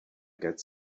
get